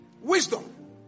Wisdom